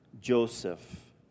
Joseph